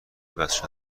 بسته